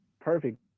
perfect